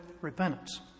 repentance